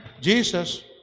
Jesus